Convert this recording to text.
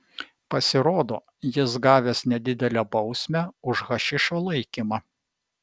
pasirodo jis gavęs nedidelę bausmę už hašišo laikymą